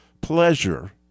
pleasure